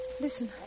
Listen